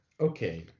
okay